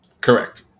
Correct